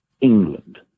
England